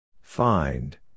Find